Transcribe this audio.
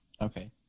Okay